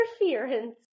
interference